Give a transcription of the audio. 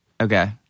Okay